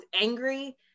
angry